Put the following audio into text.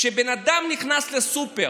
כשבן אדם נכנס לסופר